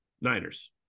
Niners